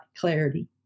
clarity